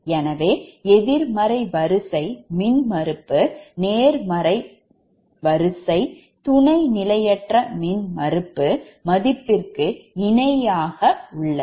எனவே எதிர்மறை வரிசை மின்மறுப்பு நேர்மறை வரிசை துணை நிலையற்ற மின்மறுப்பு மதிப்பிற்கு இணை ஆக உள்ளது